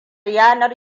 yanar